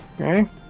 Okay